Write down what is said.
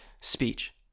speech